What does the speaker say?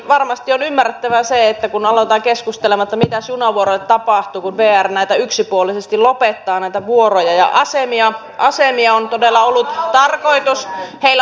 varmasti on ymmärrettävää se että aletaan keskustelemaan että mitäs junavuoroille tapahtuu kun vr yksipuolisesti lopettaa näitä vuoroja ja asemia on todella ollut tarkoitus heillä lopettaa vielä enemmän